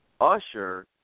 Usher